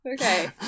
Okay